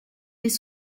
des